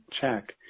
check